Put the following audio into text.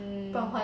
mm